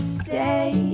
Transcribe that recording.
stay